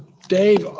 dave,